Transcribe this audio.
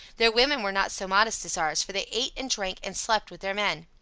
their women were not so modest as ours, for they ate, and drank, and slept, with their men.